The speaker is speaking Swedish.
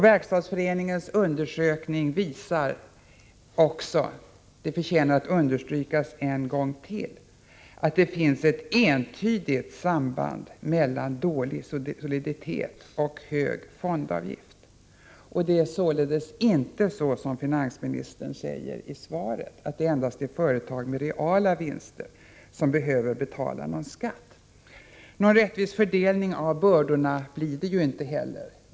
Verkstadsföreningens undersökning visar — det förtjänar att understrykas än en gång — att det finns ett entydigt samband mellan dålig soliditet och hög fondavgift. Det är således inte så som finansministern säger i svaret, nämligen att det endast är företag med reala vinster som behöver betala skatt. Någon rättvis fördelning av bördorna blir det inte heller.